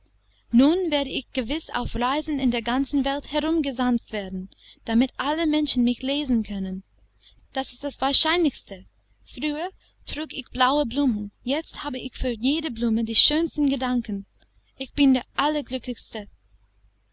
nun werde ich gewiß auf reisen in der ganzen welt herum gesandt werden damit alle menschen mich lesen können das ist das wahrscheinlichste früher trug ich blaue blumen jetzt habe ich für jede blume die schönsten gedanken ich bin der